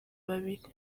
babiri